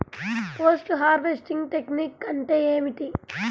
Post harvesting technique అంటే ఏమిటీ?